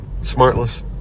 Smartless